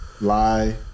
Lie